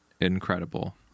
incredible